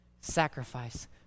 Sacrifice